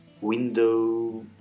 Window